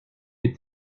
les